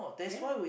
yeah